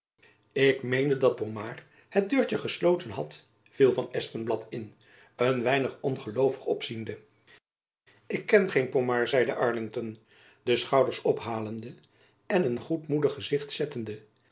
ik meende dat pomard het deurtjen gesloten had viel van espenblad in een weinig ongeloovig opziende ik ken geen pomard zeide arlington de schouders ophalende en een goedmoedig gezicht zettende